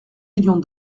millions